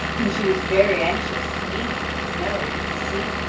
whom she was very anxious to meet and know and see.